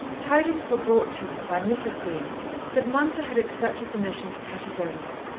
tidings were brought to her by mrs. green that mounser had accepted the mission to patagonia.